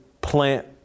plant